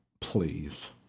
please